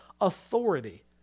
authority